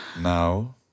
Now